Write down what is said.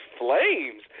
flames